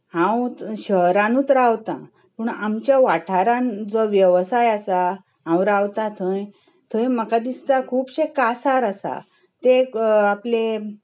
हांव शहरांतूच रावतां आनी आमच्या वाठारांत जो वेवसाय आसा हावं रावतां थंय थंय म्हाका दिसता खुबशे कांसार आसात ते आपले